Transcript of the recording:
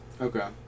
Okay